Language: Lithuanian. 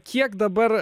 kiek dabar